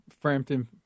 Frampton